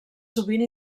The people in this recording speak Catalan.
sovint